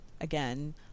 again